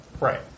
Right